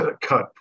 cut